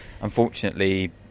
unfortunately